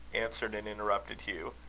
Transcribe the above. answered and interrupted hugh.